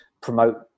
promote